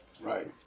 Right